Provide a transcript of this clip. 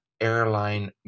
airline